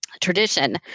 tradition